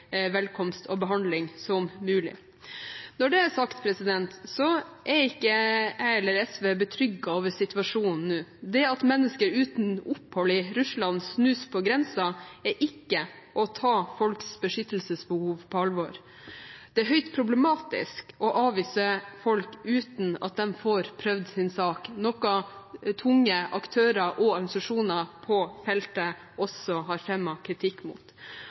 velkomst og behandling som mulig. Når det er sagt, er verken jeg eller SV betrygget over situasjonen nå. Det at mennesker uten opphold i Russland må snu på grensen, er ikke å ta folks beskyttelsesbehov på alvor. Det er høyst problematisk å avvise folk uten at de får prøvd sin sak, noe tunge aktører og organisasjoner på feltet også har fremmet kritikk mot.